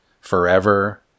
Forever